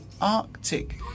Arctic